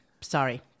Sorry